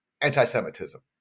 anti-Semitism